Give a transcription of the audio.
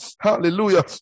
Hallelujah